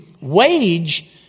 wage